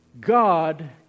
God